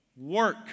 work